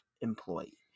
employee